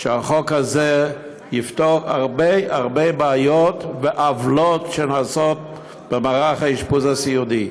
החוק הזה יפתור הרבה הרבה בעיות ועוולות שנעשות במערך האשפוז הסיעודי.